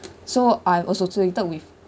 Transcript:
so I associated with